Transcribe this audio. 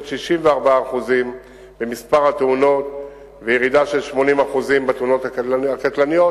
64% במספר התאונות וירידה של 80% בתאונות הקטלניות,